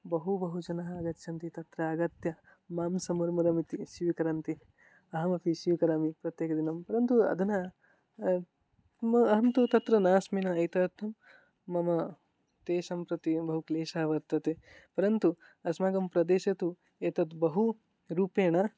बहु बहु जनाः आगच्छन्ति तत्र आगत्य मांसमुर्मुरमिति स्वीकरन्ति अहमपि स्वीकरोमि प्रत्येकदिनं परन्तु अधुना हं अहं तु तत्र नास्मि न एतदर्थं मम तेषां प्रति बहु क्लेशः वर्तते परन्तु अस्माकं प्रदेशे तु एतद् बहु रूपेण